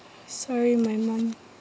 sorry my mum